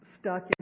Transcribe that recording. stuck